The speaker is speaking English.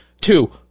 Two